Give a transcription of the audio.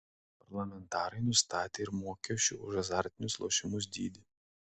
parlamentarai nustatė ir mokesčių už azartinius lošimus dydį